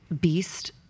beast